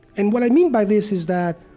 and what i mean by this is that